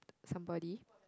somebody